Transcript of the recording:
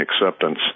acceptance